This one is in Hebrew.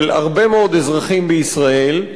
של הרבה מאוד אזרחים בישראל.